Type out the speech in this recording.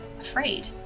afraid